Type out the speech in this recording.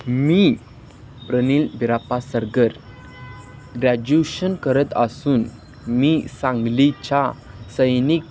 मी Pranil Birapa Sargar graduation करत असून मी सांगलीच्या सैनिक